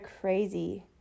crazy